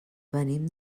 venim